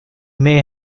may